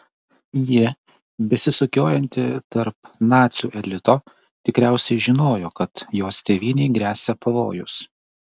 ji besisukiojanti tarp nacių elito tikriausiai žinojo kad jos tėvynei gresia pavojus